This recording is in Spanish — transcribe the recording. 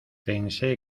pensé